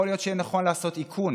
יהיה נכון לעשות איכון,